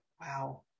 wow